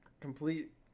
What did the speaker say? Complete